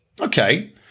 Okay